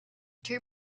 two